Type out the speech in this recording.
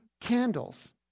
candles